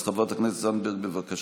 אז חברת הכנסת זנדברג, בבקשה,